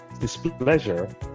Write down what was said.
displeasure